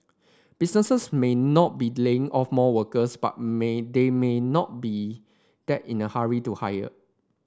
businesses may not be laying off more workers but may they may not be that in a hurry to hire